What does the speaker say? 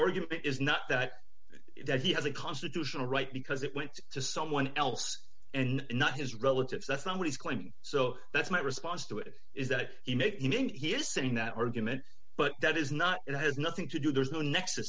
organ is not that he has a constitutional right because it went to someone else and not his relatives that somebody is claiming so that's my response to it is that he made you know he is saying that argument but that is not it has nothing to do there's no nex